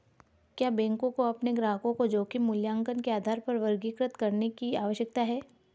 क्या बैंकों को अपने ग्राहकों को जोखिम मूल्यांकन के आधार पर वर्गीकृत करने की आवश्यकता है?